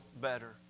better